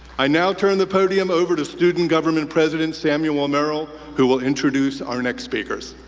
i now turn the podium over to student government president samuel murrill, who will introduce our next speakers.